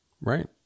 Right